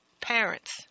parents